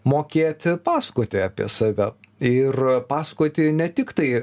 mokėti pasakoti apie save ir pasakoti ne tik tai